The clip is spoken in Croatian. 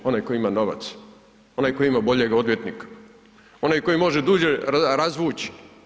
Onaj tko ima novac, onaj koji ima boljeg odvjetnika, onaj koji može duže razvuć.